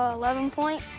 ah eleven point!